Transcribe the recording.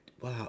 wow